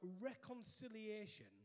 reconciliation